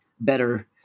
better –